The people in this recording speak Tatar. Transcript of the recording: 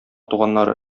туганнары